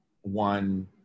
one